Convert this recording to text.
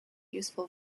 useful